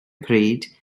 pryd